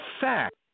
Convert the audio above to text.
fact